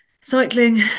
cycling